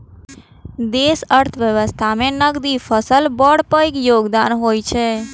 देशक अर्थव्यवस्था मे नकदी फसलक बड़ पैघ योगदान होइ छै